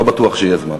לא בטוח שיהיה זמן.